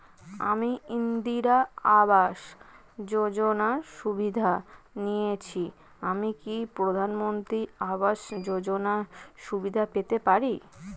আমি ইন্দিরা আবাস যোজনার সুবিধা নেয়েছি আমি কি প্রধানমন্ত্রী আবাস যোজনা সুবিধা পেতে পারি?